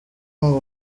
ngo